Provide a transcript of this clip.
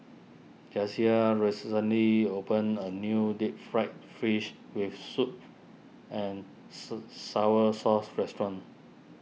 Jasiah recently opened a new Deep Fried Fish with Soup and Sour Sauce restaurant